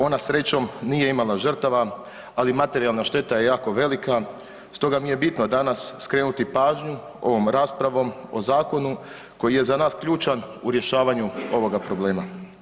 Ona srećom nije imala žrtava, ali materijalna šteta je jako velika stoga mi je bitno danas skrenuti pažnju ovom raspravom o zakonu koji je za nas ključan u rješavanju ovoga problema.